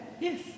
Yes